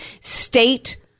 state